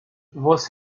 você